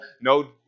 no